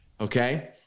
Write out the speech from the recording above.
Okay